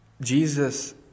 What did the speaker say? Jesus